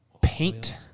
paint